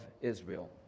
Israel